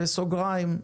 בסוגריים,